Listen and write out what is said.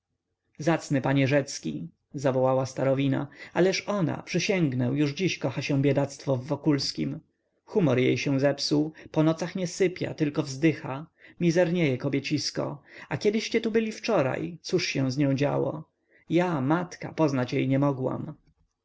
zacny panie rzecki zawołała starowina ależ ona przysięgnę już dziś kocha się biedactwo w wokulskim humor jej się zepsuł po nocach nie sypia tylko wzdycha mizernieje kobiecisko a kiedyście tu byli wczoraj cóż się z nią działo ja matka poznać jej nie mogłam